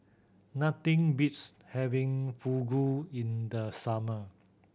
nothing beats having Fugu in the summer